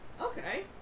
okay